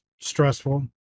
stressful